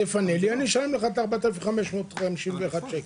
תפנה לי ואני אשלם לך את ה-4,551 שקלים".